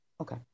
okay